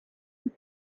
nta